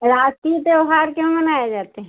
राष्ट्रीय त्योहार क्यों मनाए जाते हैं